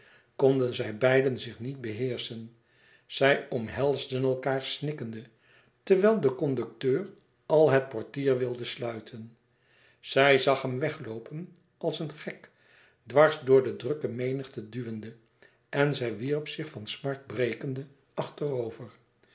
konden zij beiden zich niet beheerschen zij omhelsden elkaâr snikkende terwijl de conducteur al het portier wilde sluiten zij zag hem wegloopen als een gek dwars door de drukke menigte duwende en zij wierp zich van smart brekende achterover